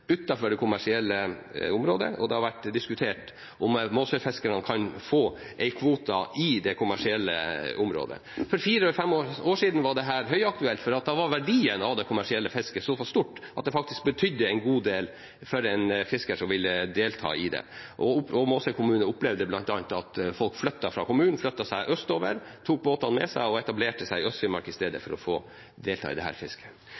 utenfor det kommersielle området, og det har vært diskutert om Måsøy-fiskerne kan få en kvote i det kommersielle området. For fire-fem år siden var dette høyaktuelt, for da var verdien av det kommersielle fisket såpass stor at det faktisk betydde en god del for en fisker som ville delta. Måsøy kommune opplevde bl.a. at folk flyttet østover fra kommunen, tok båtene med seg og etablerte seg i stedet i Øst-Finnmark for å få delta i dette fisket. I dag har ting endret seg. For det